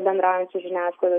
bendraujant su žiniasklaida